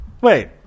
Wait